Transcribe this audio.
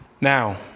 Now